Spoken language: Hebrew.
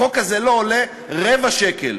החוק הזה לא עולה רבע שקל.